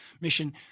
mission